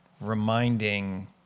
reminding